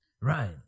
Right